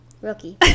Rookie